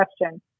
question